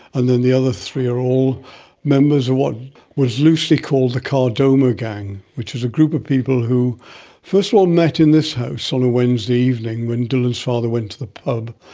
and then the other three are all members of what was loosely called the kardomah gang, which is a group of people who first of all met in this house on a wednesday evening when dylan's father went to the pub,